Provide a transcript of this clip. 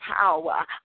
power